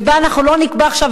ובה אנחנו לא נקבע עכשיו,